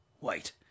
Wait